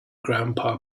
grandpa